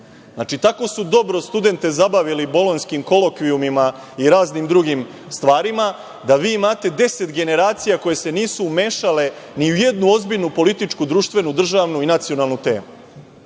Znači, tako su dobro studente zabavili bolonjskim kolokvijumima i raznim drugim stvarima, da vi imate deset generacija koje se nisu umešale ni u jednu ozbiljnu političku, društvenu, državnu i nacionalnu temu. Ne